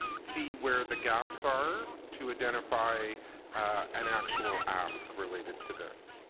see where the gaps are. to identify an actual ask related to this.